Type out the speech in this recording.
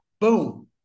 Boom